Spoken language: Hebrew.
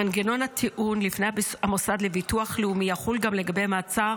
מנגנון הטיעון לפני המוסד לביטוח לאומי יחול גם לגבי מעצר